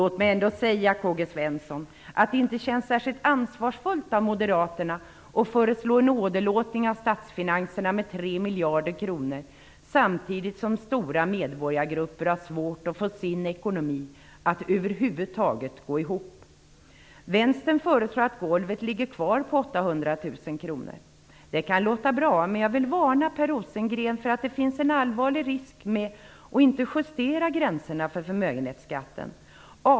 Det upplevs dock inte, Karl-Gösta Svensson, vara särskilt ansvarsfullt av Moderaterna att föreslå en åderlåtning av statsfinanserna med 3 miljarder kronor, samtidigt som stora medborgargrupper har svårt att få sin ekonomi att över huvud taget gå ihop. 800 000 kr. Det kan låta bra, men jag vill varna, Per Rosengren, för den allvarliga risk som finns om man inte justerar gränserna för förmögenhetsskatten.